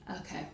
Okay